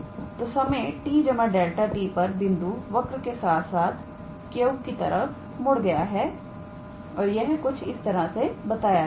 तोसमय 𝑡 𝛿𝑡 पर बिंदु वर्क के साथ साथ Q की तरफ मुड़ गया है और यह कुछ इस तरह से बताया जाएगा